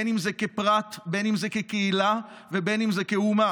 אם זה כפרט, אם זה כקהילה, ואם זה כאומה.